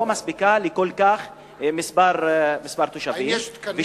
לא מספיקה למספר כל כך רב של תושבים.